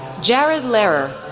jarrad lehrer,